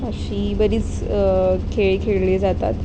अशी बरीच खेळ खेळले जातात